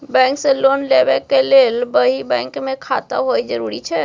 Bank से loan लेबै के लेल वही बैंक मे खाता होय जरुरी छै?